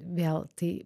vėl tai